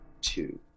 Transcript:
two